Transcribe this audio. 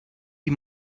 die